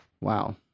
Wow